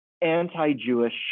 anti-Jewish